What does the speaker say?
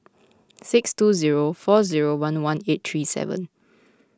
six two zero four zero one one eight three seven